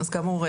אז כאמור,